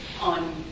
on